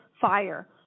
fire